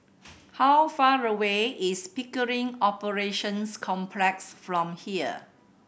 how far away is Pickering Operations Complex from here